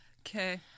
Okay